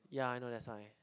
ya I know that's why